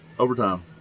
Overtime